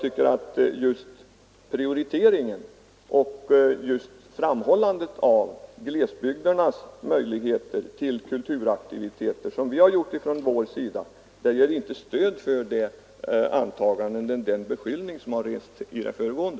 Den prioritering och det framhållande av glesbygdernas möjligheter till kulturaktiviteter som vi har gjort ger inte stöd för den beskyllning som rests i det föregående.